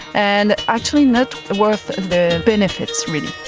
and actually not worth benefits really.